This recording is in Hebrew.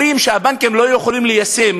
אומרים שהבנקים לא יכולים ליישם,